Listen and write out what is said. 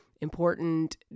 important